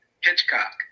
Hitchcock